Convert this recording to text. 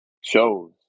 shows